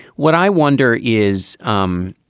what i wonder is, um